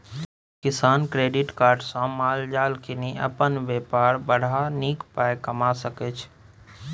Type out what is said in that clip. किसान credit card सँ माल जाल कीनि अपन बेपार बढ़ा नीक पाइ कमा सकै छै